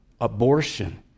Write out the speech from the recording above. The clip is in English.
abortion